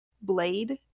blade